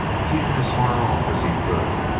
keeping as far off as he could.